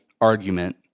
argument